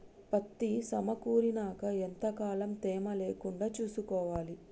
పత్తి సమకూరినాక ఎంత కాలం తేమ లేకుండా చూసుకోవాలి?